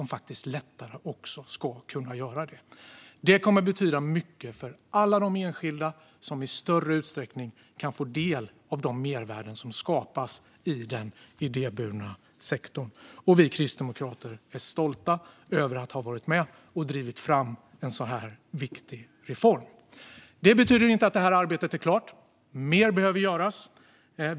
Detta kommer att betyda mycket för alla de enskilda som i större utsträckning kan få del av de mervärden som skapas i den idéburna sektorn. Vi kristdemokrater är stolta över att ha varit med och drivit fram en så här viktig reform. Det betyder dock inte att det här arbetet är klart. Mer behöver göras.